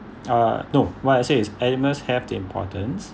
uh no what I say is animals have importance